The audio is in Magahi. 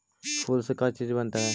फूल से का चीज बनता है?